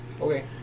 okay